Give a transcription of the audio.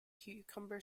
cucumber